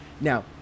Now